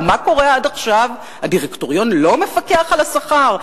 ומה קורה עד עכשיו, הדירקטוריון לא מפקח על השכר?